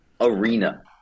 Arena